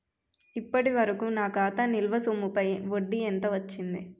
ఇప్పటి వరకూ నా ఖాతా నిల్వ సొమ్ముపై వడ్డీ ఎంత వచ్చింది?